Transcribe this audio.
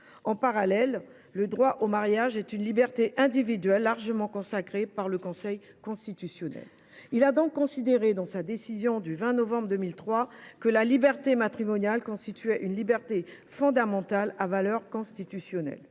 En outre, le droit au mariage est une liberté individuelle largement consacrée par le Conseil constitutionnel, qui a considéré, dans sa décision du 20 novembre 2003, que la liberté matrimoniale constituait une liberté fondamentale à valeur constitutionnelle.